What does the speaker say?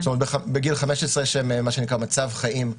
בגיל 15 יש להם מה שנקרא "מצב חיים",